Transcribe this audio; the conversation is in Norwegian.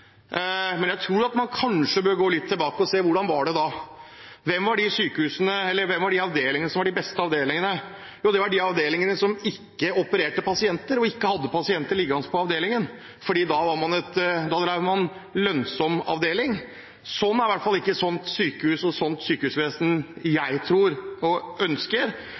men det ligger altså i regjeringsplattformen at 50 pst. er utgangspunktet. Jeg mener at mange her tydeligvis har glemt hvordan det var den gangen alt var rammefinansiert. Jeg tror man kanskje bør gå litt tilbake og se hvordan det var da. Hvilke avdelinger var de beste avdelingene? Jo, det var de avdelingene som ikke opererte pasienter og ikke hadde pasienter liggende på avdelingen. Da drev man en lønnsom avdeling. Det er i hvert fall ikke et sånt sykehusvesen jeg ønsker,